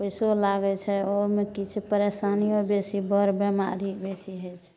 पैसो लागैत छै ओहिमे की छै परेशानियो बेसी बड़ बेमारी बेसी होइ छै